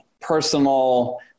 personal